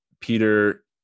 peter